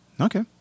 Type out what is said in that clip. Okay